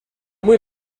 muy